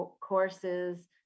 courses